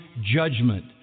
judgment